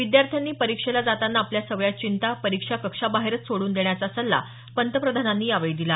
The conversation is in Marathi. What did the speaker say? विद्यार्थ्यांनी परीक्षेला जाताना आपल्या सगळ्या चिंता परीक्षा कक्षाबाहेरच सोडून देण्याचा सल्ला पंतप्रधानांनी यावेळी दिला